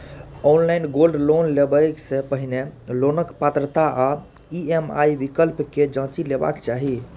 online gold loan लेबय सं पहिने लोनक पात्रता आ ई.एम.आई विकल्प कें जांचि लेबाक चाही